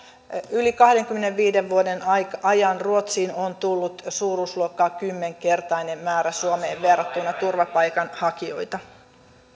yli kahdenkymmenenviiden vuoden ajan ruotsiin on tullut suuruusluokkaa kymmenkertainen määrä suomeen verrattuna turvapaikanhakijoita